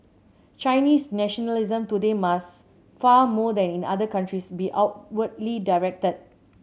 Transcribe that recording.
Chinese nationalism today must far more than in other countries be outwardly directed